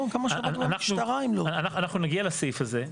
אנחנו עוד נגיע לסעיף הזה.